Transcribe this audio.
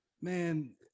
man